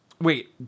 Wait